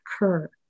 occur